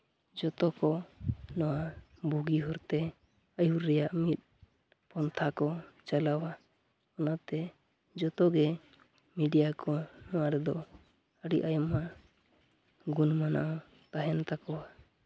ᱡᱚᱛᱚ ᱠᱚ ᱱᱚᱣᱟ ᱵᱩᱜᱤ ᱦᱚᱨᱛᱮ ᱟᱹᱭᱩᱨ ᱨᱮᱭᱟᱜ ᱢᱤᱫ ᱯᱚᱱᱛᱷᱟ ᱠᱚ ᱪᱟᱞᱟᱣᱟ ᱚᱱᱟᱛᱮ ᱡᱚᱛᱚᱜᱮ ᱢᱤᱰᱤᱭᱟ ᱠᱚᱣᱟᱜ ᱱᱚᱣᱟ ᱨᱮᱫᱚ ᱟᱹᱰᱤ ᱟᱭᱢᱟ ᱜᱩᱱ ᱢᱟᱱᱟᱣ ᱛᱟᱦᱮᱱ ᱛᱟᱠᱚᱣᱟ